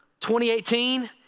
2018